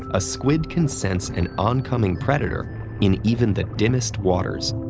a squid can sense an oncoming predator in even the dimmest waters.